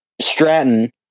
Stratton